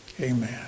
Amen